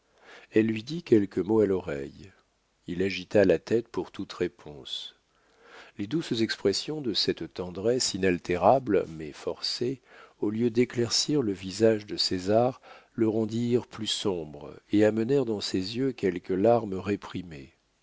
elle lui dit quelques mots à l'oreille il agita la tête pour toute réponse les douces expressions de cette tendresse inaltérable mais forcée au lieu d'éclaircir le visage de césar le rendirent plus sombre et amenèrent dans ses yeux quelques larmes réprimées